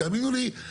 תיארת.